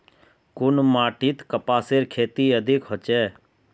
कुन माटित कपासेर खेती अधिक होचे?